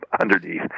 underneath